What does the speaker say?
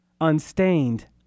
unstained